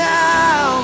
now